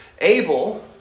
Abel